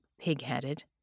pig-headed